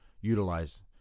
utilize